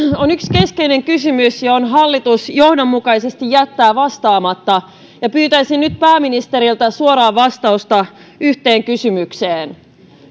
on yksi keskeinen kysymys johon hallitus johdonmukaisesti jättää vastaamatta ja pyytäisin nyt pääministeriltä suoraa vastausta yhteen kysymykseen